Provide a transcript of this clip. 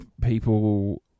people